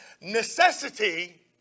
necessity